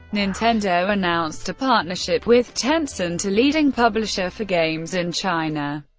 nintendo announced a partnership with tencent, a leading publisher for games in china,